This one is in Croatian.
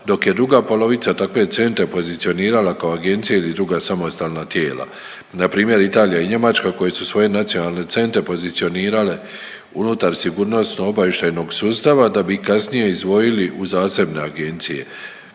dok je druga polovica takve centre pozicionirala kao agencije ili druga samostalna tijela. Npr. Italija i Njemačka, koje su svoje nacionalne centre pozicionirale unutar sigurnosno-obavještajnog sustava, da bi kasnije izdvojili u zasebne agencije.